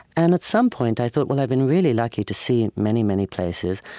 and at some point, i thought, well, i've been really lucky to see many, many places.